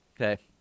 Okay